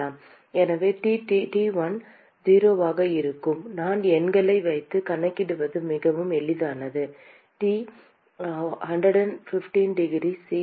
எனவே T1 0 ஆக இருக்கும் நான் எண்களை வைத்து கணக்கிடுவது மிகவும் எளிதானது 115 டிகிரி C